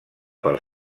pel